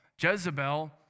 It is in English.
Jezebel